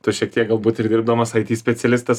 tu šiek tiek galbūt ir dirbamas it specialistas